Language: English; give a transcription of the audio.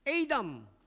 Adam